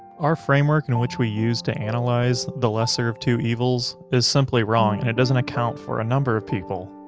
our framework in which we use to analyze the lesser of two evils is simply wrong and it doesn't account for a number of people.